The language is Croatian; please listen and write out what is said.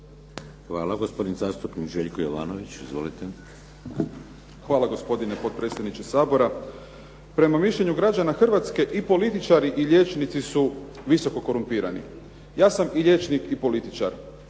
izvolite. **Jovanović, Željko (SDP)** Hvala gospodine potpredsjedniče Sabora. Prema mišljenju građana Hrvatske i političari i liječnici su visoko korumpirani. Ja sam i liječnik i političar